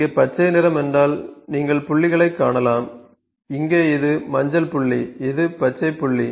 இங்கே பச்சை நிறம் என்றால் நீங்கள் புள்ளிகளைக் காணலாம் இங்கே இது மஞ்சள் புள்ளி இது பச்சை புள்ளி